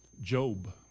Job